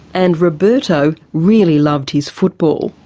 and roberto really loved his football.